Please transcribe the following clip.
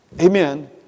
amen